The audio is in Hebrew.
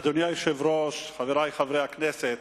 אדוני היושב-ראש, חברי חברי הכנסת,